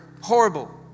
horrible